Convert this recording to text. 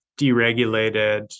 deregulated